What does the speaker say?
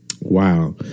Wow